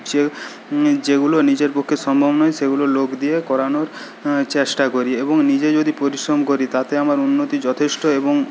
যে যেগুলো নিজের পক্ষে সম্ভব নয় সেগুলো লোক দিয়ে করানোর চেষ্টা করি এবং নিজে যদি পরিশ্রম করি তাতে আমার উন্নতি যথেষ্ট এবং